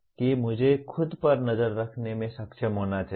कि मुझे खुद पर नजर रखने में सक्षम होना चाहिए